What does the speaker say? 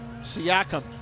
Siakam